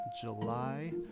July